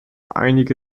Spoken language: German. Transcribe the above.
einige